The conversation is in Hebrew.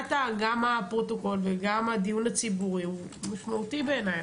מבחינת הפרוטוקול וגם הדיון הציבורי הוא משמעותי בעיניי.